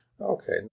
Okay